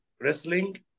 wrestling